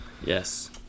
Yes